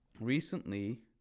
recently